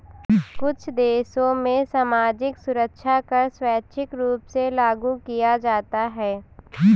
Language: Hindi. कुछ देशों में सामाजिक सुरक्षा कर स्वैच्छिक रूप से लागू किया जाता है